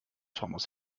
thomas